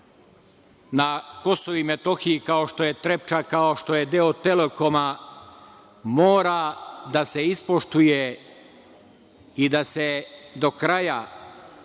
na Kosovu i Metohiji kao što je Trepča, kao što je deo Telekoma, mora da se ispoštuje i da se do kraja bukvalno